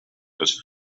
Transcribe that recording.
was